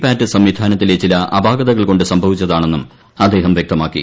പാറ്റ് സംവിധാനത്തിലെ ചില അപാകതകൾ കൊണ്ട് സംഭവിച്ചതാണെന്നും അദ്ദേഹം വ്യക്തമാക്കി